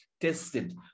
tested